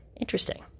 interesting